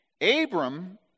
Abram